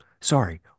sorry